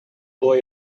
boy